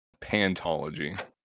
Pantology